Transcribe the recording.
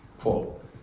quote